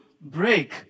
break